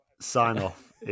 sign-off